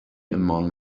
among